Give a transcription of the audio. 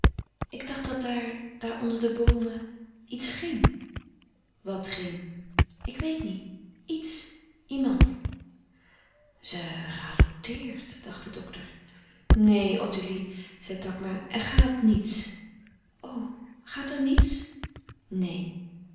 ik dacht dat daar daar onder de boomen iets ging wat ging ik weet niet iets iemand ze radoteert dacht de dokter neen ottilie zei takma er gaat niets o gaat er niets neen